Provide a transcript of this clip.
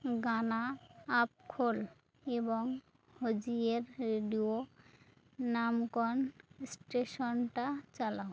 গানা app খোল এবং হোজিয়ের রেডিও নামকন ষ্টেশনটা চালাও